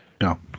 No